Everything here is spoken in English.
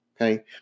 Okay